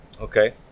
Okay